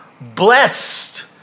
Blessed